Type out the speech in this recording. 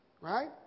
Right